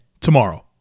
tomorrow